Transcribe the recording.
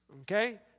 okay